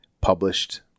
published